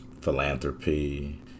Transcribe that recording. philanthropy